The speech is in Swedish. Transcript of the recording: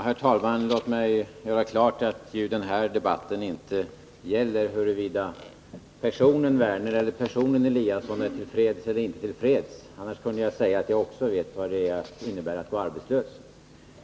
Herr talman! Låt mig göra klart att den här debatten inte gäller huruvida personen Lars Werner eller personen Ingemar Eliasson är till freds eller inte till freds. Annars kunde jag säga att också jag vet vad det innebär att gå arbetslös.